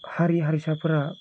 हारि हारिसाफोरा